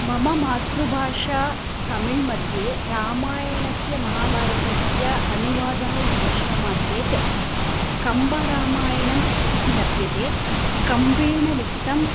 मम मातृभाषा तमिळ्मध्ये रामायणस्य महाभारतस्य अनुवादः इति पश्यामः चेत् कम्बरामायणम् इति लभ्यते कम्बेण लिखितम्